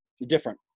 different